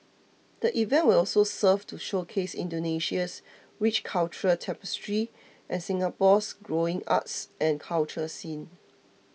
the event will also serve to showcase Indonesia's rich cultural tapestry and Singapore's growing arts and culture scene